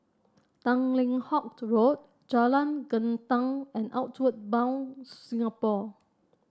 Tanglin Halt Road Jalan Gendang and Outward Bound Singapore